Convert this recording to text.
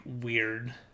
weird